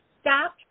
Stop